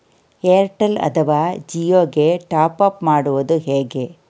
Airtel ಅಥವಾ ಜಿಯೊ ಗೆ top up ಮಾಡುವುದು ಹೇಗೆ?